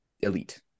elite